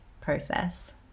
process